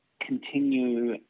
continue